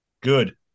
Good